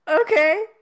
Okay